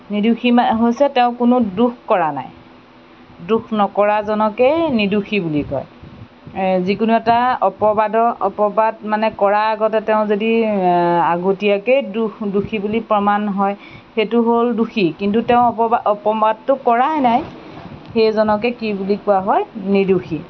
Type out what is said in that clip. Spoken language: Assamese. নিৰ্দোষী মা হৈছে তেওঁ কোনো দোষ কৰা নাই দোষ নকৰা জনকেই নিৰ্দোষী বুলি কয় যিকোনো এটা অপবাদৰ অপবাদ মানে কৰা আগতে তেওঁ যদি আগতীয়াকৈ দোষ দোষী বুলি প্ৰমাণ হয় সেইটো হ'ল দোষী কিন্তু তেওঁ অপ অপবাদটো কৰাই নাই সেইজনকে কি বুলি কোৱা হয় নিৰ্দোষী